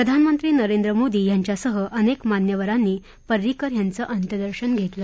प्रधानमंत्री नरेंद्र मोदी यांच्यासह अनेक मान्यवरांनी परिंकर यांचं अंत्यदर्शन घेतलं